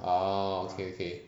ah okay okay